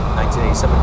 1987